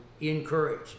encourage